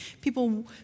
People